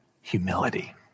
humility